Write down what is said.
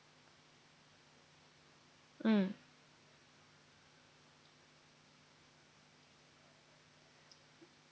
mm